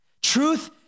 Truth